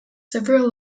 several